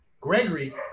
Gregory